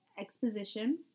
exposition